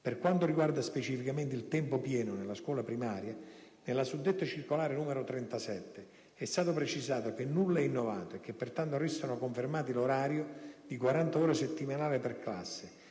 Per quanto riguarda specificamente il tempo pieno nella scuola primaria, nella suddetta circolare n. 37 è stato precisato che nulla è innovato e che, pertanto, restano confermati l'orario di 40 ore settimanali per classe,